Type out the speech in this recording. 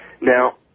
Now